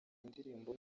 indirimbo